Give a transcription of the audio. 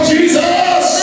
Jesus